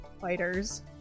fighters